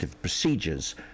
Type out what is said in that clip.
procedures